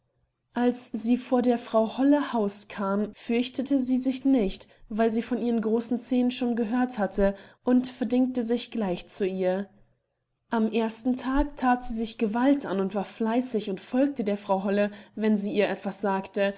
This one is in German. als sie vor der frau holle haus kam fürchtete sie sich nicht weil sie von ihren großen zähnen schon gehört hatte und verdingte sich gleich zu ihr am ersten tag that sie sich gewalt an und war fleißig und folgte der frau holle wenn sie ihr etwas sagte